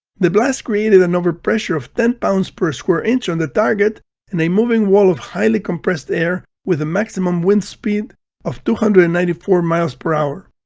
the blast created an overpressure of ten pounds per square inch on the target and a moving wall of highly compressed air with a maximum wind speed of two hundred and ninety four miles per hour.